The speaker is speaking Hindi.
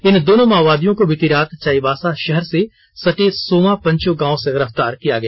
इन दोनों माओवादियों को बीती रात चाईबासा शहर से सटे सोमा पंचो गांव से गिरफ्तार किया गया